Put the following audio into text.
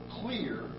clear